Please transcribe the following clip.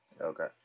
Okay